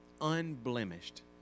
unblemished